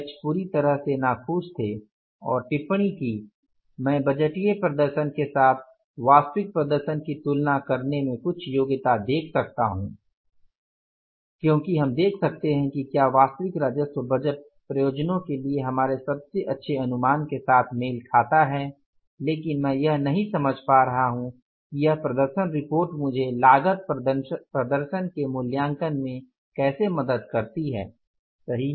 अध्यक्ष पूरी तरह से नाखुश थे और टिप्पणी की मैं बजटीय प्रदर्शन के साथ वास्तविक प्रदर्शन की तुलना करने में कुछ योग्यता देख सकता हूं क्योंकि हम देख सकते हैं कि क्या वास्तविक राजस्व बजट प्रयोजनों के लिए हमारे सबसे अच्छे अनुमान के साथ मेल खाता है लेकिन मैं यह नहीं समझ पा रहा हूँ कि यह प्रदर्शन रिपोर्ट मुझे लागत प्रदर्शन के मूल्यांकन में कैसे मदद करती है सही